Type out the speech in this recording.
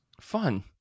Fun